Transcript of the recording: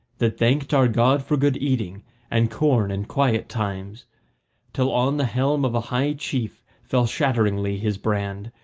that thanked our god for good eating and corn and quiet times till on the helm of a high chief fell shatteringly his brand,